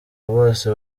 bose